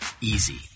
easy